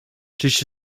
czyś